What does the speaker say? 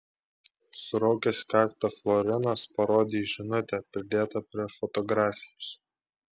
suraukęs kaktą florinas parodė į žinutę pridėtą prie fotografijos